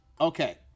okay